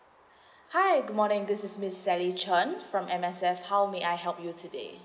hi good morning this is miss sally chant from M_S_F how may I help you today